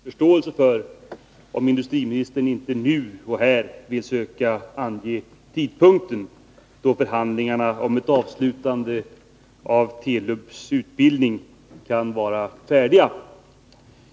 Herr talman! Jag har viss förståelse för om industriministern inte nu och här vill söka ange tidpunkten då förhandlingarna om ett avslutande av Telubs utbildning kan vara färdiga.